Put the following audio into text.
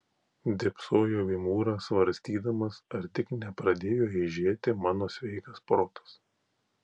dėbsojau į mūrą svarstydamas ar tik nepradėjo eižėti mano sveikas protas